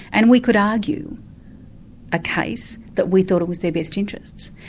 and we could argue a case that we thought it was their best interests.